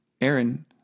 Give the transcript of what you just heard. aaron